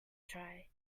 try